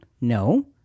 No